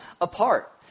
apart